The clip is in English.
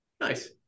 Nice